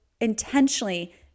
intentionally